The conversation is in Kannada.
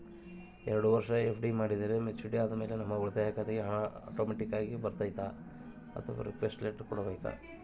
ಎರಡು ವರುಷ ಎಫ್.ಡಿ ಮಾಡಿದರೆ ಮೆಚ್ಯೂರಿಟಿ ಆದಮೇಲೆ ನಮ್ಮ ಉಳಿತಾಯ ಖಾತೆಗೆ ಹಣ ಆಟೋಮ್ಯಾಟಿಕ್ ಆಗಿ ಬರ್ತೈತಾ ಅಥವಾ ರಿಕ್ವೆಸ್ಟ್ ಲೆಟರ್ ಕೊಡಬೇಕಾ?